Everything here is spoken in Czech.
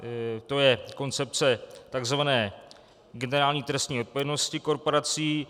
Je to koncepce tzv. generální trestní odpovědnosti korporací.